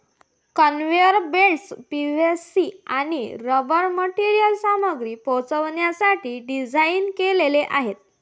conveyor belts PVC आणि rubber मटेरियलची सामग्री पोहोचवण्यासाठी डिझाइन केलेले आहेत